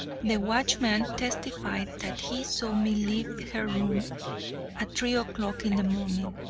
the watchman testified that he saw me leave her room at three o'clock in the morning.